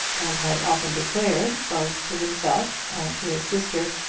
and had often declared, both to himself and to his sister,